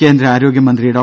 കേന്ദ്ര ആരോഗ്യമന്ത്രി ഡോ